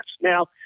Now